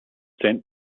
sent